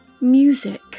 Music